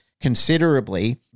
considerably